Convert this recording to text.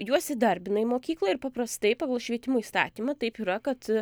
juos įdarbina į mokyklą ir paprastai pagal švietimo įstatymą taip yra kad